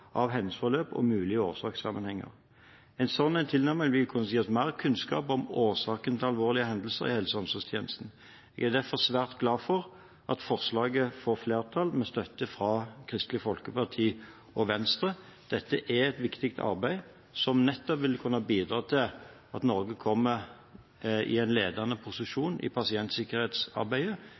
av hendelsesforløp og mulige årsakssammenhenger. En slik tilnærming vil kunne gi oss mer kunnskap om årsaken til alvorlige hendelser i helse- og omsorgstjenesten. Jeg er derfor svært glad for at forslaget får flertall, med støtte fra Kristelig Folkeparti og Venstre. Dette er et viktig arbeid som nettopp vil kunne bidra til at Norge kommer i en ledende posisjon i pasientsikkerhetsarbeidet.